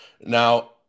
Now